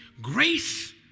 Grace